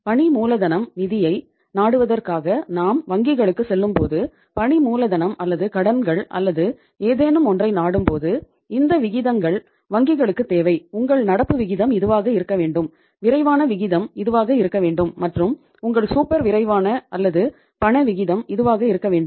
பணி மூலதனம் நிதியை நாடுவதற்காக நாம் வங்கிகளுக்குச் செல்லும்போது பணி மூலதனம் அல்லது கடன்கள் அல்லது ஏதேனும் ஒன்றை நாடும்போது இந்த விகிதங்கள் வங்கிகளுக்கு தேவை உங்கள் நடப்பு விகிதம் இதுவாக இருக்க வேண்டும் விரைவான விகிதம் இதுவாக இருக்க வேண்டும் மற்றும் உங்கள் சூப்பர் விரைவான அல்லது பண விகிதம் இதுவாக இருக்க வேண்டும்